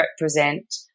represent